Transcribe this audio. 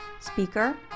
speaker